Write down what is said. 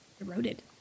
eroded